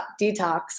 detox